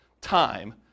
time